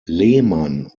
lehmann